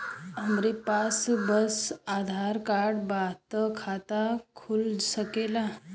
हमरे पास बस आधार कार्ड बा त खाता खुल सकेला?